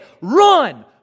Run